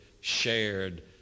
shared